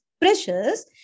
precious